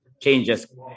changes